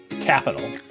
capital